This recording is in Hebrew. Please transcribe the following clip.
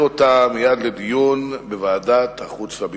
אותה מייד לדיון בוועדת החוץ והביטחון.